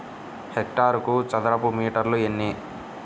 హెక్టారుకు చదరపు మీటర్లు ఎన్ని?